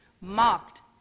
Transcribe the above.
mocked